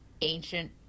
ancient